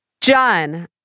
John